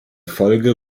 folge